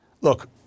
Look